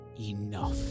enough